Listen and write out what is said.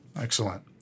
Excellent